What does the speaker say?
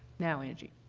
now angie.